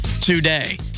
today